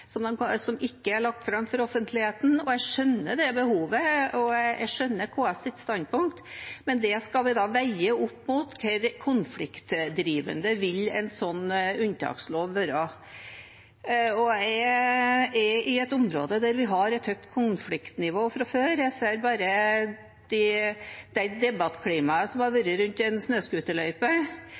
som ikke er lagt fram for offentligheten. Jeg skjønner det behovet, og jeg skjønner KS’ standpunkt, men det skal vi da veie opp mot hvor konfliktdrivende en slik unntakslov vil være. Jeg er i et område der vi har et høyt konfliktnivå fra før – jeg ser bare det debattklimaet som har vært rundt en